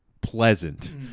pleasant